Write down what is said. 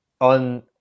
on